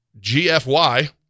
GFY